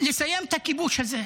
לסיים את הכיבוש הזה.